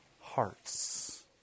hearts